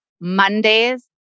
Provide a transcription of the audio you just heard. Mondays